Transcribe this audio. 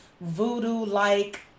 voodoo-like